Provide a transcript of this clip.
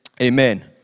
amen